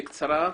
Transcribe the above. בקצרה.